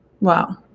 Wow